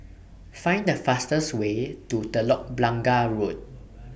Find The fastest Way to Telok Blangah Road